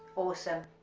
awesome,